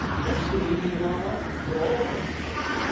that's the meaning of our lives! we're all going to die.